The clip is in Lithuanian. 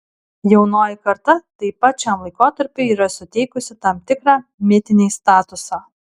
jaunoji karta taip pat šiam laikotarpiui yra suteikusi tam tikrą mitinį statusą